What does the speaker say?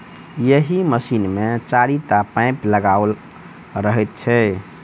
एहि मशीन मे चारिटा पाइप लगाओल रहैत छै